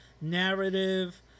narrative